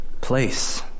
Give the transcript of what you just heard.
place